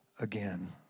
again